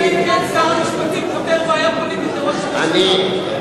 או שזה מיוחד לחבר כנסת מסוים שהוא במקרה סגן שר?